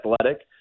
athletic